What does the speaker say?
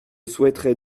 souhaiterais